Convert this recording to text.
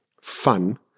fun